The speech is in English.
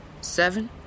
Seven